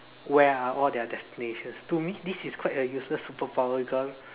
where are all their destinations to me this is quite a useless superpower because